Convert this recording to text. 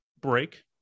break